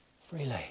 Freely